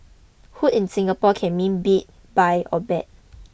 Hoot in Singapore can mean beat buy or bet